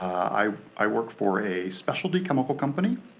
i i work for a specialty chemical company.